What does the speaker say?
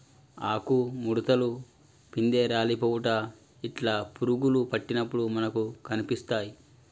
ఆకు ముడుతలు, పిందె రాలిపోవుట ఇట్లా పురుగులు పట్టినప్పుడు మనకు కనిపిస్తాయ్